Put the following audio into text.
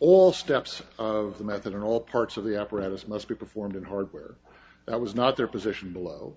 all steps of the method and all parts of the apparatus must be performed in hardware that was not their position below